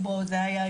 מעש.